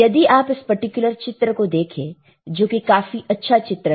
यदि आप इस पर्टिकुलर चित्र को देखें जो कि काफी अच्छा चित्र है